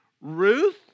Ruth